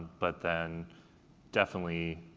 but then definitely,